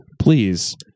Please